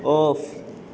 off